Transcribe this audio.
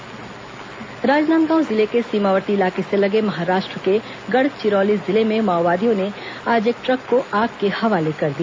माओवादी वारदात राजनादगांव जिले के सीमावर्ती इलाके से लगे महाराष्ट्र के गढ़चिरौली जिले में माओवादियों ने आज एक ट्रक को आग के हवाले कर दिया